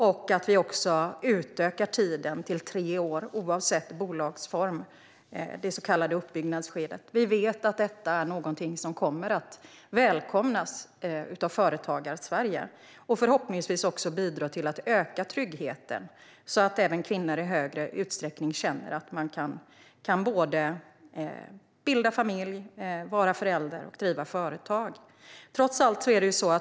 Vi utökar också tiden för det så kallade uppbyggnadsskedet till tre år oavsett bolagsform. Vi vet att detta är någonting som kommer att välkomnas av Företagarsverige och förhoppningsvis också bidra till att öka tryggheten så att kvinnor i högre utsträckning känner att de både kan bilda familj, vara förälder och driva företag.